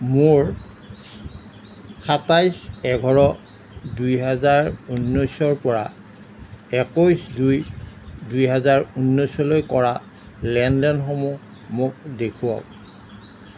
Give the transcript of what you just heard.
মোৰ সাতাইছ এঘাৰ দুই হাজাৰ ঊনৈছৰ পৰা একৈছ দুই দুই হাজাৰ ঊনৈছলৈ কৰা লেন দেনসমূহ মোক দেখুৱাওক